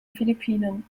philippinen